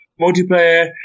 Multiplayer